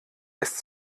lässt